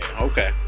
Okay